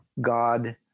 God